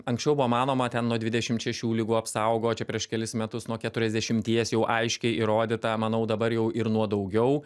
anksčiau buvo manoma ten nuo dvidešimt šešių ligų apsaugo čia prieš kelis metus nuo keturiasdešimties jau aiškiai įrodyta manau dabar jau ir nuo daugiau